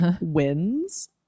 wins